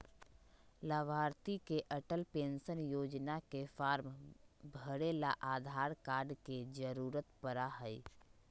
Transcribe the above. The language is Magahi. लाभार्थी के अटल पेन्शन योजना के फार्म भरे ला आधार कार्ड के जरूरत पड़ा हई